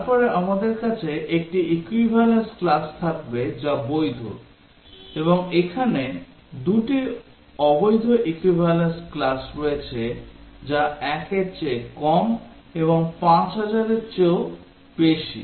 তারপরে আমাদের কাছে 1টি equivalence class থাকবে যা বৈধ এবং এখানে দুটি অবৈধ equivalence class রয়েছে যা 1 এর চেয়ে কম এবং 5000 এরও বেশি